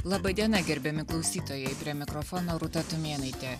laba diena gerbiami klausytojai prie mikrofono rūta tumėnaitė